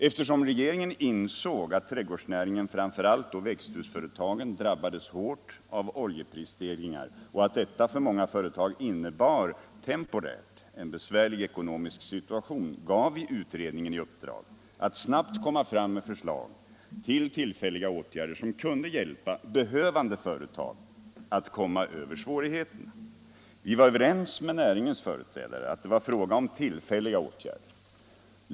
Eftersom regeringen insåg att trädgårdsnäringen, framför allt växthusföretagen, drabbats hårt av oljeprisstegringarna och att detta för många företag innebar, temporärt, en besvärlig ekonomisk situation gav vi utredningen i uppdrag att snabbt lägga fram förslag om tillfälliga åtgärder, som kunde hjälpa behövande företag att komma över svårigheterna. Vi var överens med näringens företrädare att det var fråga om tillfälliga åtgärder.